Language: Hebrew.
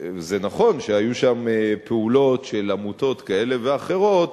נכון שהיו שם פעולות של עמותות כאלה ואחרות,